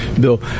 Bill